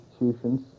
institutions